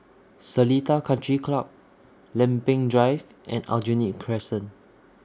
Seletar Country Club Lempeng Drive and Aljunied Crescent